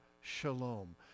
shalom